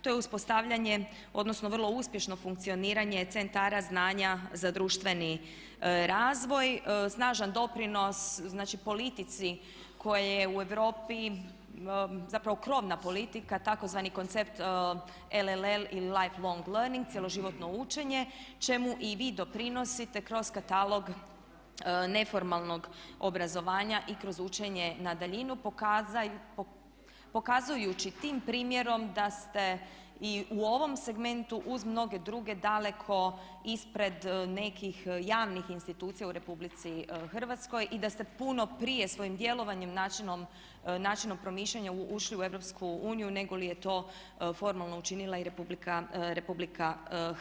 To je uspostavljanje odnosno vrlo uspješno funkcioniranje centara znanja za društveni razvoj, snažan doprinos znači politici koja je u Europi zapravo krovna politika tzv. koncept LLL ili life long learning – cjeloživotno učenje čemu i vi doprinosite kroz katalog neformalnog obrazovanja i kroz učenje na daljinu pokazujući tim primjerom da ste i u ovom segmentu uz mnoge druge daleko ispred nekih javnih institucija u RH i da ste puno prije svojim djelovanjem, načinom promišljanja ušli u EU negoli je to formalno učinila i RH.